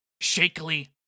shakily